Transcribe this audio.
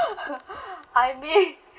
I may